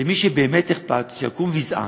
מי שבאמת אכפת לו, שיקום ויזעק,